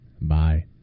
Bye